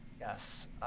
Yes